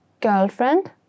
girlfriend